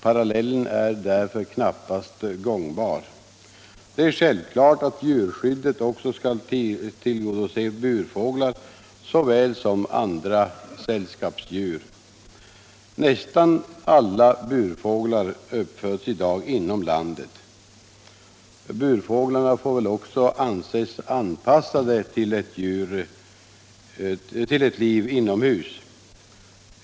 Parallellen är därför knappast gångbar. Det är självklart att djurskyddet också skall tillgodose burfåglar såväl som andra sällskapsdjur. Nästan alla burfåglar uppföds i dag inom landet. Burfårglarna får väl också anses anpassade till ett liv inomhus.